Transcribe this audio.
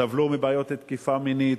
סבלו מבעיות תקיפה מינית,